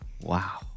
Wow